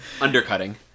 Undercutting